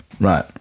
Right